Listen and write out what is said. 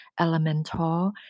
elemental